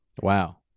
wow